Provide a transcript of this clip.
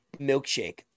milkshake